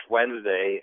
Wednesday